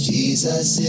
Jesus